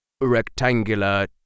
rectangular